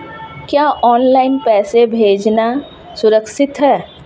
क्या ऑनलाइन पैसे भेजना सुरक्षित है?